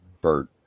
Bert